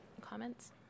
comments